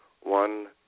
one